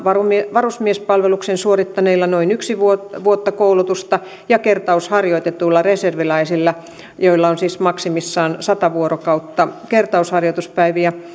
varusmiespalveluksen suorittaneilla noin yksi vuotta vuotta koulutusta saaneilla ja kertausharjoitetuilla reserviläisillä joilla on siis maksimissaan sata vuorokautta kertausharjoituspäiviä